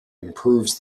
improves